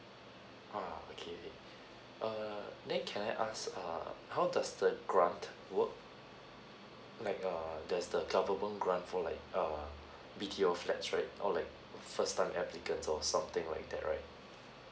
ah okay okay err then can I ask err how does the grant work like err there's the government grant for like err B_T_O flats right or like first time applicants or something like that right